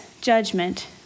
judgment